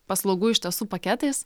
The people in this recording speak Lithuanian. paslaugų iš tiesų paketais